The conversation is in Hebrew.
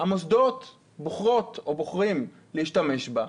המוסדות בוחרות או בוחרים להשתמש בה,